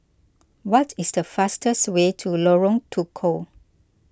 what is the fastest way to Lorong Tukol